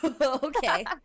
okay